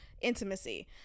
intimacy